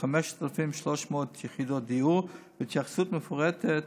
5,300 יחידות דיור והתייחסות מפורטת